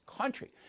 country